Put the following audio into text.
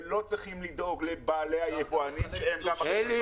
ולא צריכים לדאוג ליבואנים ------ אלי,